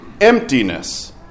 emptiness